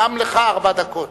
גם לך ארבע דקות.